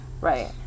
Right